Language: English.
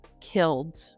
killed